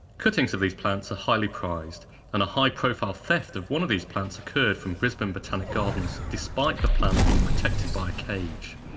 cuttings of these plants are highly prized and a high profile theft of one of these plants occurred from brisbane botanic gardens despite the plant being protected by a cage.